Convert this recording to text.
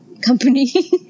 company